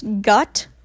gut